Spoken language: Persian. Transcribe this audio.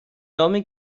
نام